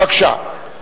בבקשה.